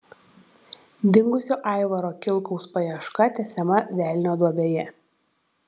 dingusio aivaro kilkaus paieška tęsiama velnio duobėje